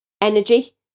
energy